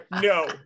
No